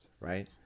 Right